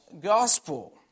gospel